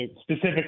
specifically